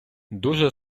дуже